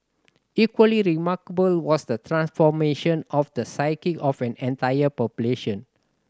equally remarkable was the transformation of the psyche of an entire population